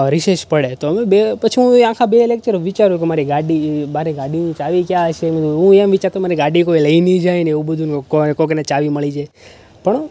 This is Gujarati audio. રિશેષ પડે તો અમે બે પછી હું એ આખા બે લેક્ચર વિચારું કે મારી ગાડી મારી ગાડીની ચાવી ક્યાં હશે ને હું એમ વિચારતો કે મારી ગાડી કોઈ લઈ નહીં જાય ને એવું બધુ કોઈકને ચાવી મળી જાય પણ